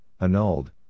annulled